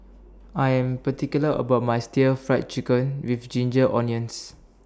I Am particular about My Stir Fried Chicken with Ginger Onions